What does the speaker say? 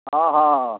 हँ हँ